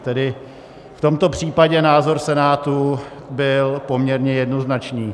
Tedy v tomto případě názor Senátu byl poměrně jednoznačný.